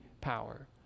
power